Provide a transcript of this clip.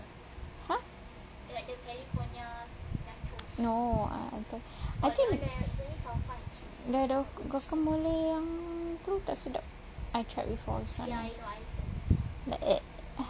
!huh! no I talking I think the guacamole yang tu tak sedap I tried before it's not nice like